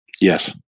Yes